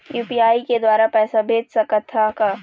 UPI के द्वारा पैसा भेज सकत ह का?